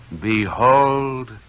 behold